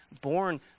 born